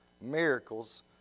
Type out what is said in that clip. miracles